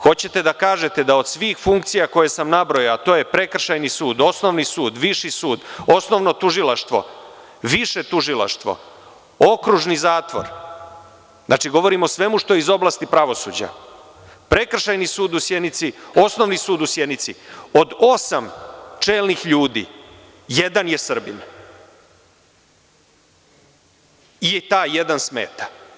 Hoćete li da kažete da od svih funkcija koje sam nabrojao, a to je prekršajni sud, osnovni sud, viši sud, osnovno tužilaštvo, više tužilaštvo, okružni zatvor, znači, govorim o svemu što iz oblasti pravosuđa, Prekršajni sud u Sjenici, Osnovni sud u Sjenici, od osam čelnih ljudi jedan je Srbin i taj jedan smeta?